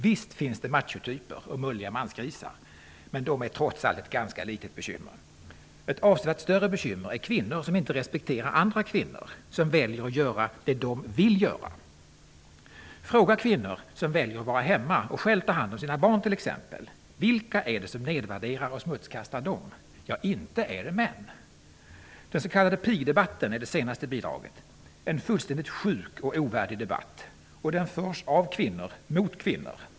Visst finns det machotyper och mulliga mansgrisar, men de är trots allt ett ganska litet bekymmer. Ett avsevärt större bekymmer är kvinnor som inte respekterar andra kvinnor som väljer att göra det de vill göra. Fråga kvinnor som väljer att vara hemma och själva ta hand om sina barn. Vilka är det som nedvärderar och smutskastaar dem? Inte är det män! Den s.k. pigdebatten är det senaste bidraget, en sjuk och ovärdig debatt! Och den förs av kvinnor mot kvinnor!